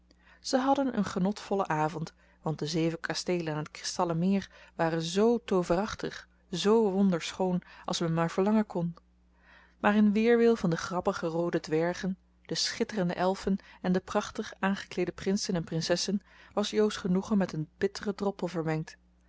ze hadden een genotvollen avond want de zeven kasteelen aan het kristallen meer waren z tooverachtig zoo wonderschoon als men maar verlangen kon maar in weerwil van de grappige roode dwergen de schitterende elfen en de prachtig aangekleede prinsen en prinsessen was jo's genoegen met een bitteren droppel vermengd